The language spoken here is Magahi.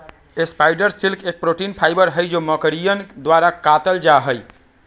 स्पाइडर सिल्क एक प्रोटीन फाइबर हई जो मकड़ियन द्वारा कातल जाहई